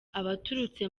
abaturutse